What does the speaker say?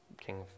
king